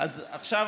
אז עכשיו,